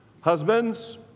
Husbands